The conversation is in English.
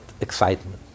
excitement